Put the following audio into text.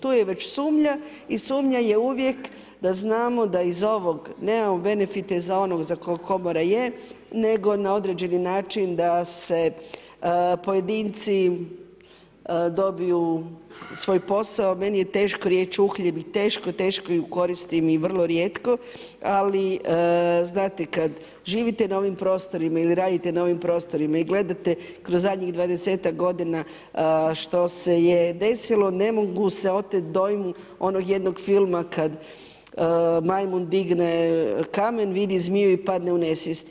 Tu je već sumnja i sumnja je uvijek da znamo da iz ovog nemamo benefite za ono za kog komora je, nego na određeni način da se pojedinci dobiju svoj posao, meni je teško reći uhljeb i teško ju koristim i vrlo rijetko, ali znate kad živite na ovim prostorima ili radite na ovim prostorima i gledate kroz zadnjih 20ak godina što se desilo, ne mogu se otet dojmu onog jednog filma kad majmun digne kamen, vidi zmiju i padne u nesvijest.